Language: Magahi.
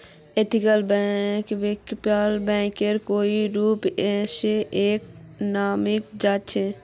एथिकल बैंकिंगक वैकल्पिक बैंकिंगेर कई रूप स एक मानाल जा छेक